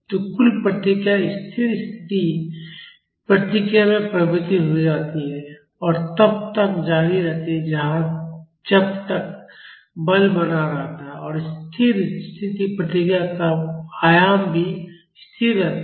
तो कुल प्रतिक्रिया स्थिर स्थिति प्रतिक्रिया में परिवर्तित हो जाती है और तब तक जारी रहती है जब तक बल बना रहता है और स्थिर स्थिति प्रतिक्रिया का आयाम भी स्थिर रहता है